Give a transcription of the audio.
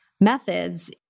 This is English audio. methods